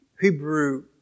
Hebrew